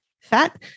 fat